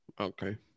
Okay